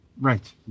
Right